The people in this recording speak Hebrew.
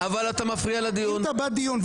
אתה מפריע לדיון.